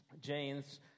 James